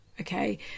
Okay